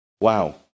Wow